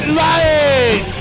light